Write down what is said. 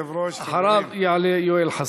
אחריו יעלה יואל חסון.